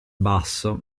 basso